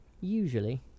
usually